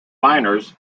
minors